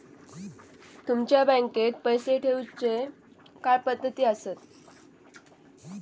तुमच्या बँकेत पैसे ठेऊचे काय पद्धती आसत?